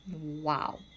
wow